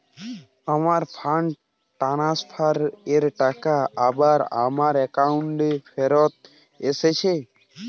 আমার fund transfer এর টাকা আবার আমার একাউন্টে ফেরত এসেছে